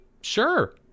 sure